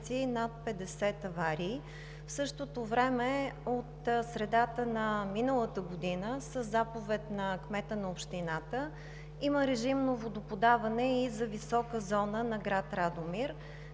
над 50 аварии. В същото време, от средата на миналата година със заповед на кмета на общината, има режим на водоподаване и за високата зона на град Радомир.